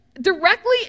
directly